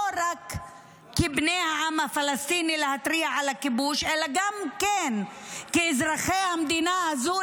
לא רק כבני העם הפלסטיני אלא גם כן כאזרחי המדינה הזו,